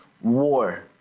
war